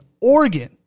Oregon